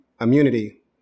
immunity